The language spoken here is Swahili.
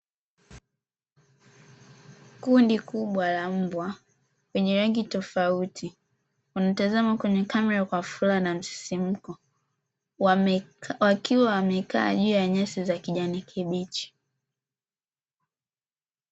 Kundi kubwa la mbwa wenye rangi tofauti wanatazama kwenye kamera kwa msisimko, wakiwa wamekaa juu ya nyasi za kijani kibichi.